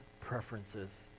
preferences